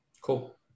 Cool